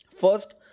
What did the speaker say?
First